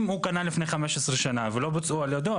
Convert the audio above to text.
אם הוא קנה לפני 15 שנה ולא בוצעו על ידו,